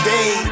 Day